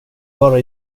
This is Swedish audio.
bara